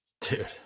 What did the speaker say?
Dude